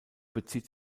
bezieht